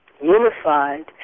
unified